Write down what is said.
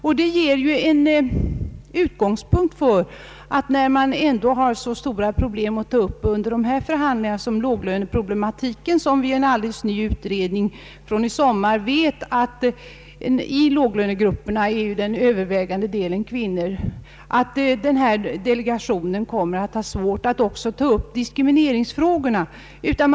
Då det föreligger så stora låglöneproblem som måste lösas under de förhandlingar det här gäller — en utredning i somras har ju visat att låglönegrupperna till huvudsaklig del består av kvinnor — inser vi att det är svårt för den delegationen att ta upp dessa diskrimineringsfrågor till behandling.